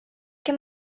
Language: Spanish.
que